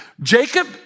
Jacob